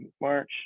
March